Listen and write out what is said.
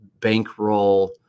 bankroll